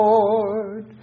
Lord